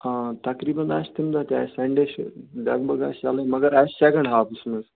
آ تقیٖربَن آسہِ تَمہِ دۄہ تہِ آسہِ سَنٛڈے چھِ لگ بگ آسہِ یَلے مگر آسہِ سیٚکَنڈ ہافَس منٛز